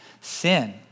sin